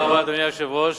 אדוני היושב-ראש,